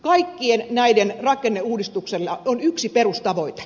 kaikkien näiden rakenneuudistuksella on yksi perustavoite